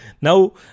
Now